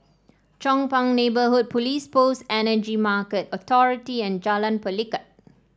Chong Pang Neighbourhood Police Post Energy Market Authority and Jalan Pelikat